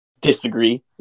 disagree